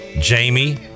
Jamie